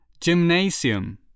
Gymnasium